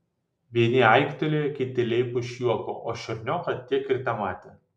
vieni aiktelėjo kiti leipo iš juoko o šernioką tiek ir tematė